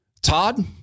Todd